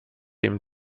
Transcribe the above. ihm